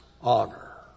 honor